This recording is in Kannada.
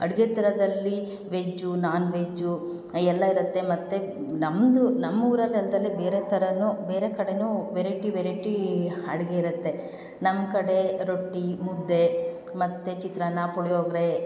ಅಡುಗೆ ಥರದಲ್ಲಿ ವೆಜ್ಜು ನಾನ್ವೆಜ್ಜು ಎಲ್ಲ ಇರುತ್ತೆ ಮತ್ತು ನಮ್ಮದು ನಮ್ಮ ಊರಲ್ಲಿ ಅಲ್ದೇ ಬೇರೆ ಥರವೂ ಬೇರೆ ಕಡೆಯೂ ವೆರೈಟಿ ವೆರೈಟೀ ಅಡುಗೆ ಇರುತ್ತೆ ನಮ್ಮ ಕಡೆ ರೊಟ್ಟಿ ಮುದ್ದೆ ಮತ್ತು ಚಿತ್ರಾನ್ನ ಪುಳಿಯೋಗರೆ